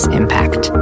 impact